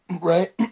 Right